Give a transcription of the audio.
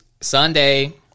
Sunday